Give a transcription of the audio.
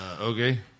Okay